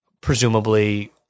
presumably